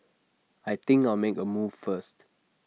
I think I'll make A move first